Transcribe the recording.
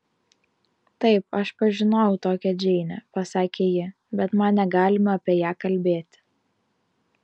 taip aš pažinojau tokią džeinę pasakė ji bet man negalima apie ją kalbėti